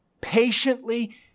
patiently